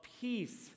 peace